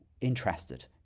interested